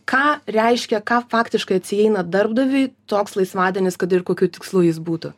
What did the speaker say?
ką reiškia ką faktiškai atsieina darbdaviui toks laisvadienis kad ir kokiu tikslu jis būtų